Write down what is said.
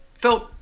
felt